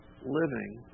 living